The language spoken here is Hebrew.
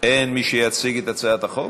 אין מי שיציג את הצעת החוק?